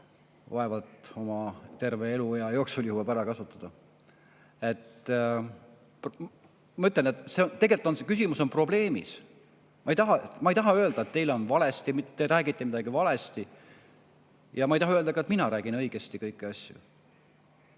vaevalt terve oma eluea jooksul jõuab ära kasutada. Ma ütlen, et tegelikult on see küsimus probleemis. Ma ei taha öelda, et te räägite midagi valesti. Ja ma ei taha ka öelda, et mina räägin kõiki asju